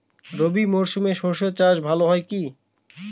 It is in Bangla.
রবি মরশুমে সর্ষে চাস ভালো হয় কি?